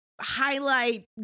highlight